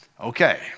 Okay